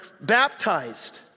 baptized